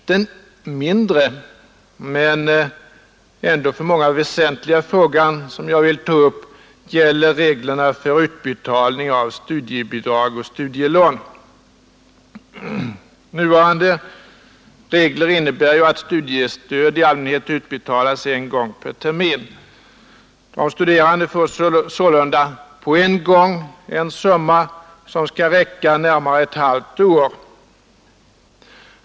Den mindre, men ändå för många väsentliga frågan som jag vill ta upp gäller reglerna för utbetalning av studiebidrag och studielån. Nuvarande regler innebär att studiestöd i allmänhet utbetalas en gång per termin. De studerande får sålunda på en gång en summa som skall räcka närmare ett halvt år.